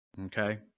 Okay